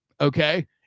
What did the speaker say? Okay